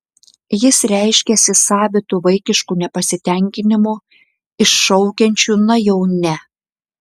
jis reiškiasi savitu vaikišku nepasitenkinimu iššaukiančiu na jau ne